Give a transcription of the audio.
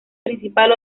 principal